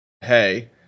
hey